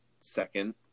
second